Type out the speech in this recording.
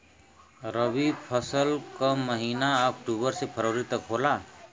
रवी फसल क महिना अक्टूबर से फरवरी तक होला